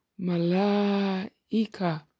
Malaika